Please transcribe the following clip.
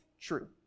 true